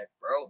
bro